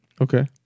okay